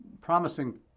promising